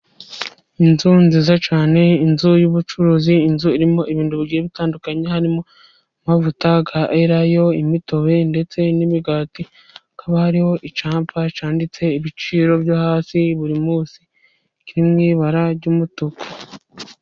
Inzu nziza cyane, inzu y'ubucuruzi, inzu irimo ibintu bigiye bitandukanye harimo: amavuta ya Erayo, imitobe ndetse n'imigati. Hakaba hiriho icyapa cyanditseho ibiciro byo hasi burimunsi kiri mu ibara ry'umutuku.